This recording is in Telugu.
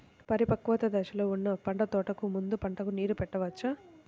పరిపక్వత దశలో ఉన్న పంట కోతకు ముందు పంటకు నీరు పెట్టవచ్చా?